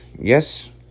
yes